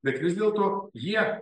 bet vis dėlto jie